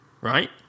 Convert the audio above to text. right